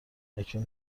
اکنون